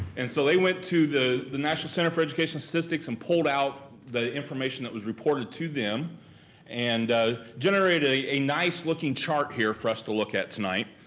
and so they went to the the national center for education statistics and pulled out the information that was reported to them and generated a nice looking chart here for us to look at tonight.